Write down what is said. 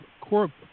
core